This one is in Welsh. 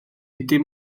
dim